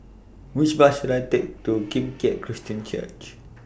Which Bus should I Take to Kim Keat Christian Church